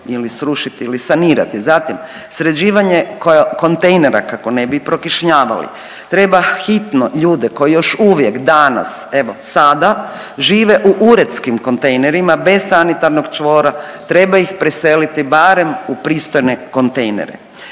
ili srušiti ili sanirati. Zatim sređivanje kontejnera kako ne bi prokišnjavali, treba hitno ljude koji još uvijek danas evo sada žive u uredskim kontejnerima bez sanitarnog čvora, treba ih preseliti barem u pristojne kontejnere.